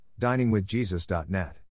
DiningWithJesus.net